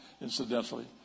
incidentally